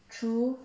true